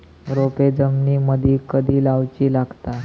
रोपे जमिनीमदि कधी लाऊची लागता?